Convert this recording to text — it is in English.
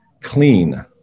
clean